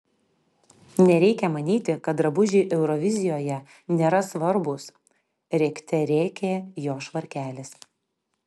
nereikia manyti kad drabužiai eurovizijoje nėra svarbūs rėkte rėkė jo švarkelis